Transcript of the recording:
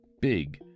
big